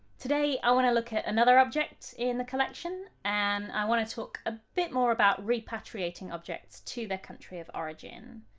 today i want to look at another object in the collection and i want to talk a bit more about repatriating objects to their country of origin.